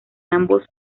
ambos